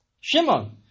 Shimon